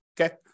okay